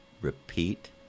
Repeat